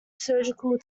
surgical